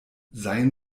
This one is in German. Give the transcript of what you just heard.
seien